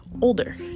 older